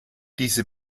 diese